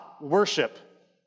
worship